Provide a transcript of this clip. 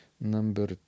number